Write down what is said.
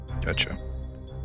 Gotcha